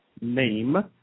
name